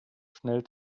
schnell